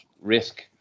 risk